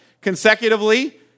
consecutively